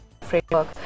Framework